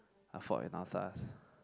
A fault in our stars